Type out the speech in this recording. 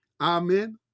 amen